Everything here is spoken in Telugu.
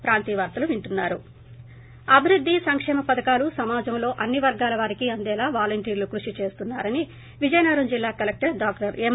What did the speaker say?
బ్రేక్ అభివృధి సంకేమ పథకాలు సమాజంలో అన్ని వర్గాల వారికీ అందేలా వాలంటీర్లు కృషి చేస్తున్నా రని విజయనగరం జిల్లా కలెక్లర్ డాక్లర్ ఎం